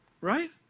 Right